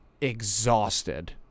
exhausted